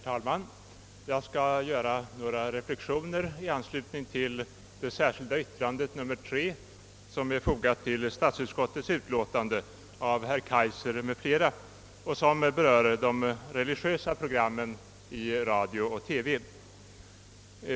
Herr talman! Jag vill göra några reflexioner i anslutning till det särskilda yttrande nr 3 av herr Kaijser m.fl. som är fogat till statsutskottets utlåtande och som berör de religiösa programmen i radio och TV.